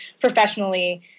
professionally –